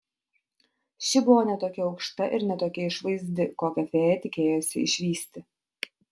ši buvo ne tokia aukšta ir ne tokia išvaizdi kokią fėja tikėjosi išvysti